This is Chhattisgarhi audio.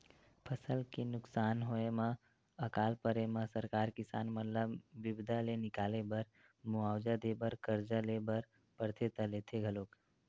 फसल के नुकसान होय म अकाल परे म सरकार किसान मन ल बिपदा ले निकाले बर मुवाजा देय बर करजा ले बर परथे त लेथे घलोक